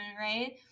right